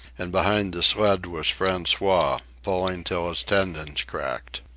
and behind the sled was francois, pulling till his tendons cracked.